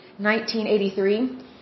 1983